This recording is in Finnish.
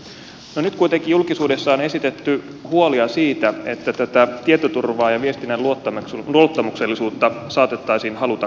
nyt kuitenkin julkisuudessa on esitetty huolia siitä että tätä tietoturvaa ja viestinnän luottamuksellisuutta saatettaisiin haluta kaventaa